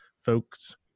folks